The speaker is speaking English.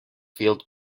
field